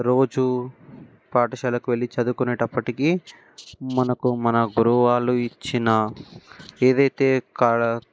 రోజు పాఠశాలకు వెళ్ళి చదువుకొనేటప్పటికి మనకు మన గురువు వాళ్ళు ఇచ్చిన ఏదైతే పాఠశాలలో